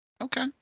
Okay